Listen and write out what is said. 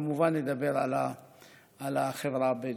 כמובן, נדבר על החברה הבדואית.